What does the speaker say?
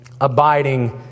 abiding